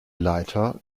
leiter